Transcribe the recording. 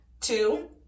Two